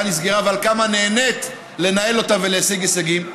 נסגרה ועל כמה נהנית לנהל אותה ולהשיג הישגים.